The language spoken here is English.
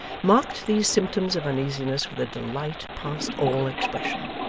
marked these symptoms of uneasiness with a delight past all expression,